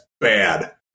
bad